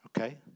Okay